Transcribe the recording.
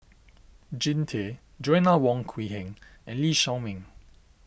Jean Tay Joanna Wong Quee Heng and Lee Shao Meng